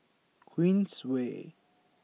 Queensway